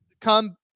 come